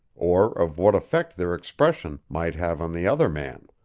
or of what effect their expression might have on the other man.